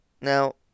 Now